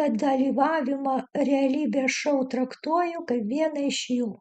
tad dalyvavimą realybės šou traktuoju kaip vieną iš jų